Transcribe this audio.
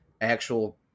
actual